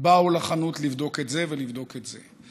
באו לחנות לבדוק את זה ולבדוק את זה,